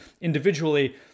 individually